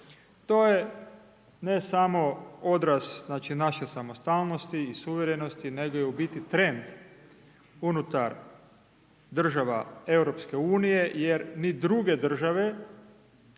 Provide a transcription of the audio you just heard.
To je, ne samo odraz, znači, naše samostalnosti i suverenosti, nego je u biti trend unutar država EU jer ni druge države